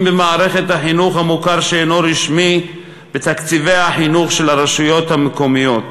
במערכת החינוך המוכר שאינו רשמי בתקציבי החינוך של הרשויות המקומיות.